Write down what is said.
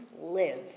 live